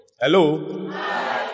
Hello